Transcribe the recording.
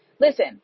listen